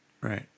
Right